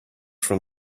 from